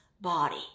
body